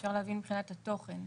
אפשר להבין מבחינת התוכן.